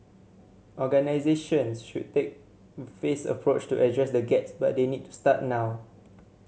organisations should take phased approach to address the gets but they need to start now